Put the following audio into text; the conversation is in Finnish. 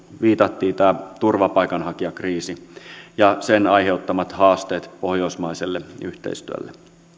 viitattiin tämä turvapaikanhakijakriisi ja sen aiheuttamat haasteet pohjoismaiselle yhteistyölle